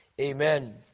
Amen